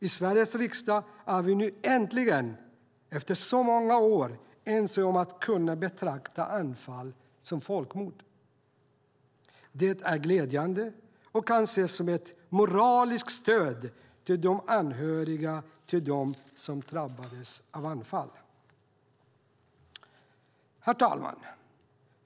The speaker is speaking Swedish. I Sveriges riksdag är vi nu äntligen, efter många år, ense om att kunna betrakta Anfal som folkmord. Det är glädjande och kan ses som ett moraliskt stöd till de anhöriga till dem som drabbades av Anfal. Herr talman!